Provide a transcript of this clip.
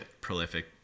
prolific